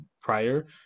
prior